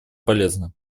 полезно